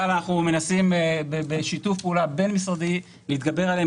אבל אנחנו מנסים בשיתוף פעולה בין-משרדי להתגבר עליהם.